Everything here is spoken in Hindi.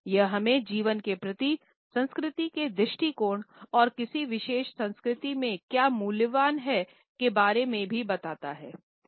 यह हमें जीवन के प्रति संस्कृति के दृष्टिकोण और किसी विशेष संस्कृति में क्या मूल्यवान है के बारे में भी बताता हैं